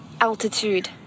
altitude